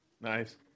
nice